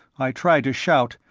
i tried to shout,